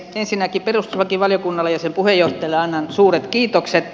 ensinnäkin perustuslakivaliokunnalle ja sen puheenjohtajalle annan suuret kiitokset